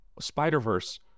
Spider-Verse